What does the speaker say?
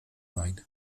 night